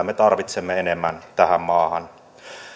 me tarvitsemme enemmän tähän maahan